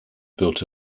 built